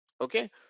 Okay